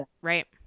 right